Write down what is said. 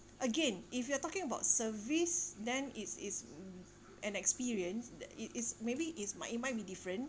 again if you are talking about service then it's it's an experience that it is maybe is my it might be different